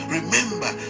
remember